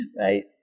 Right